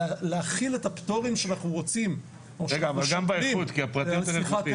להחיל את הפטורים שאנחנו רוצים או שאנחנו שוקלים